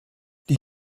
die